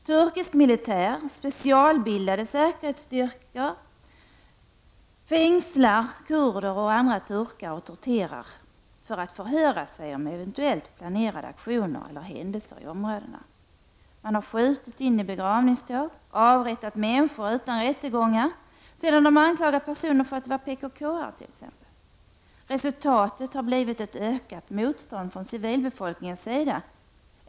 Turkisk militär och specialbildade säkerhetsstyrkor fängslar kurder och andra turkar och torterar dem för att förhöra sig om eventuellt planerade aktioner eller händelser i områdena. De har skjutit in i begravningståg och avrättat människor utan rättegångar, sedan de anklagat personer för att t.ex. vara PKK-are. Resultatet har blivit ett ökat motstånd från civilbefolkningens sida.